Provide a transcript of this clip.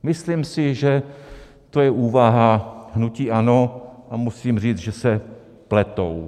Myslím si, že to je úvaha hnutí ANO a musím říct, že se pletou.